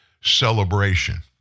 celebration